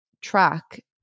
track